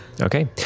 okay